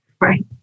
Right